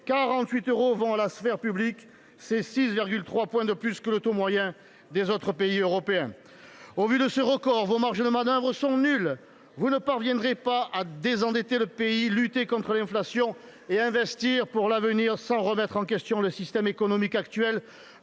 48 euros vont à la sphère publique. C’est 6,3 points de plus que le taux moyen des autres pays européens. Au vu de ce record, vos marges de manœuvre sont nulles. Vous ne parviendrez pas à désendetter le pays, lutter contre l’inflation et investir pour l’avenir sans remettre en question le système économique actuel